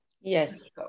Yes